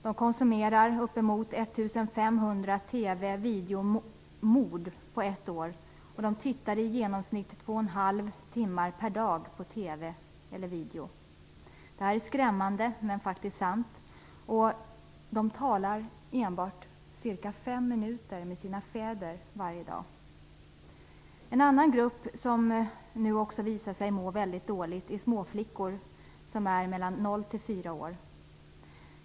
De konsumerar uppemot 1 500 TV och videomord på ett år, och de tittar i genomsnitt två och en halv timme per dag på TV eller video. Det är skrämmande, men sant. De talar enbart cirka fem minuter med sina fäder varje dag. En annan grupp som nu också visar sig må dåligt är småflickor mellan noll och fyra år.